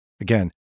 Again